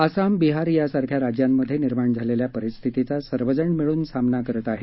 आसाम बिहार यासारख्या राज्यांमध्ये निर्माण झालेल्या परिस्थितीचा सर्वजण मिळून सामना करत आहेत